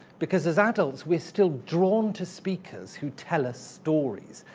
because as adults, we're still drawn to speakers who tell us stories,